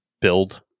build